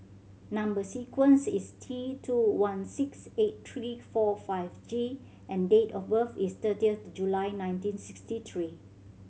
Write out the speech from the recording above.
number sequence is T two one six eight three four five G and date of birth is thirtieth July nineteen sixty three